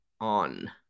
on